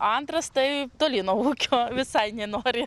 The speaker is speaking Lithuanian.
antras tai toli nuo ūkio visai nenori